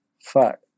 fuck